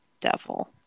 Devil